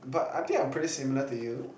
but I think I'm pretty similar to you